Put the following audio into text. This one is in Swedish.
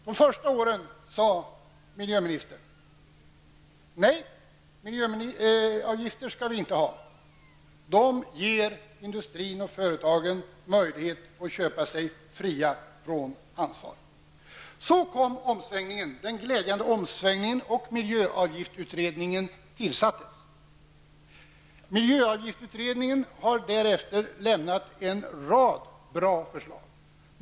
De första åren sade miljöministern: Nej, miljöavgifter skall vi inte ha. De ger industrin och företagen möjlighet att köpa sig fria från ansvar. Så kom den glädjande omsvängningen, och miljöavgiftsutredningen tillsattes. Miljöavgiftsutredningen har därefter lämnat en rad bra förslag.